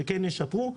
שכן ישפרו.